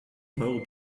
teure